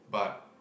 but